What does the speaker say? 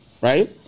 right